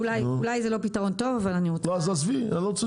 אולי זה לא פתרון טוב אבל אני רוצה להציע אותו.